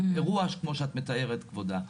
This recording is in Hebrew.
אירוע כמו שאת מתארת, כבודה.